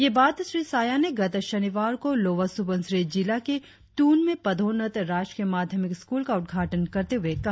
ये बात श्री साया ने गत शनिवार को लोअर सुबनसिरी जिला के तून में पदोन्नत राजकीय माध्यमिक स्कूल का उद्घाटन करते हुए कहा